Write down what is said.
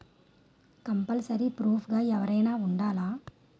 Compulsory proof గా ఎవరైనా ఉండాలా?